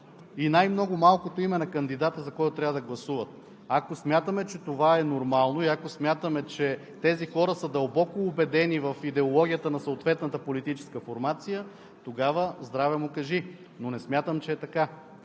и най-много малкото име на кандидата, за който трябва да гласуват. Ако смятаме, че това е нормално, и ако смятаме, че тези хора са дълбоко убедени в идеологията на съответната политическа формация, тогава – здраве му кажи, но не смятам, че е така.